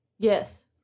Yes